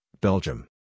Belgium